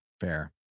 Fair